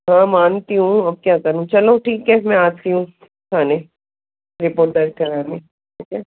हाँ मानती हूँ अब क्या करूं चलो ठीक है मैं आती हूँ थाने रिपोर्ट दर्ज कराने ठीक है